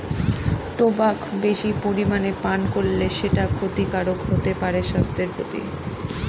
tobacco বেশি পরিমানে পান করলে সেটা ক্ষতিকারক হতে পারে স্বাস্থ্যের প্রতি